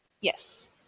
Yes